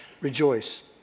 rejoice